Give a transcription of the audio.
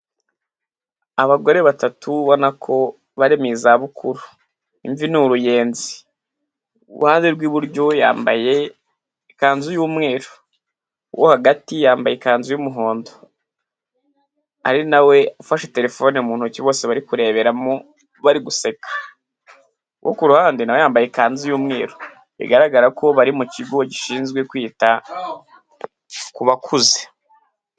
Abagore batatu ubonako bari mu zabukuru imvi ni uruyenzi, uwi uruhande rw'iburyo yambaye ikanzu y'umweru uwo hagati ikanzu y'umuhondo ari nawe ufashe telefone mu ntoki bose bari kurebera bari guseka uwo ku ruhande ikanzu y'umweru bigaragara ko bari mu kigo gishizwe kwita ku bakuze.